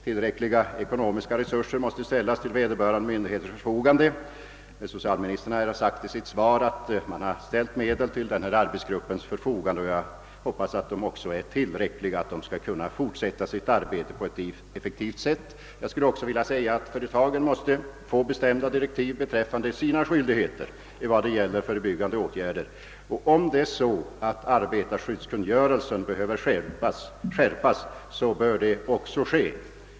Tillräckliga ekonomiska resurser måste ställas till vederbörande myndigheters förfogande. Socialministern sade i svaret att medel ställs till arbetsgruppens förfogande, och jag hoppas att dessa skall vara tillräckliga, så att gruppen kan genomföra sitt arbete på ett effektivt sätt. Företagen måste också få bestämda direktiv beträffande sina skyldigheter vad gäller förebyggande åtgärder. Om arbetarskyddskungörelsen behöver skärpas, bör det också ske.